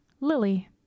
Lily